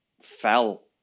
fell